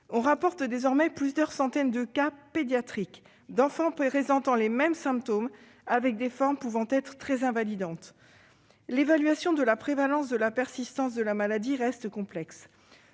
On rapporte désormais plusieurs centaines de cas pédiatriques, d'enfants présentant les mêmes symptômes, avec des formes pouvant être très invalidantes. L'évaluation de la prévalence de la persistance de la maladie reste complexe.